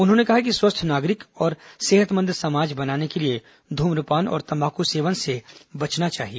उन्होंने कहा कि स्वस्थ नागरिक और सेहतमंद समाज बनाने के लिए धूम्रपान और तम्बाकू सेवन से बचना चाहिए